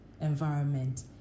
environment